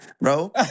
Bro